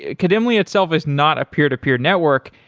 ah kademlia itself is not a peer-to-peer network.